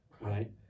right